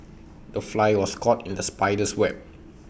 the fly was caught in the spider's web